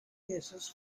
cases